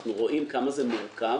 אנחנו רואים כמה זה מורכב